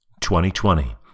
2020